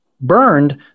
burned